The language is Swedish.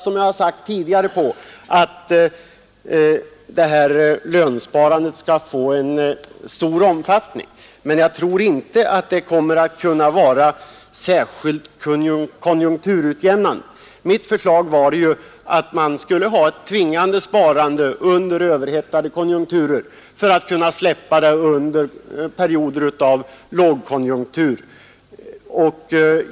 Som jag tidigare sagt hoppas jag att lönsparandet skall få stor omfattning, men jag tror inte att det blir särskilt konjunkturutjämnande. Mitt förslag däremot är att vi under överhettade konjunkturer skall ha ett tvångssparande som vi släpper under lågkonjunktur.